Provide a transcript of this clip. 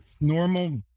normal